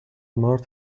مارت